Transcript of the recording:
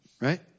right